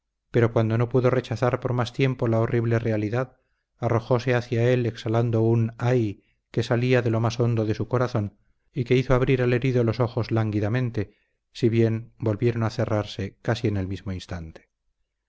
pero cuando no pudo rechazar por más tiempo la horrible realidad arrojóse hacia él exhalando un i ay que salía de lo más hondo de su corazón y que hizo abrir al herido los ojos lánguidamente si bien volvieron a cerrarse casi en el mismo instante